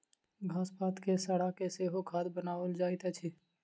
घास पात के सड़ा के सेहो खाद बनाओल जाइत अछि